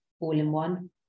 all-in-one